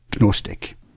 gnostic